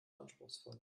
anspruchsvoll